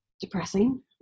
depressing